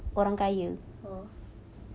oh